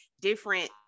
different